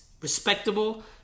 respectable